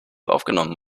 aufgenommen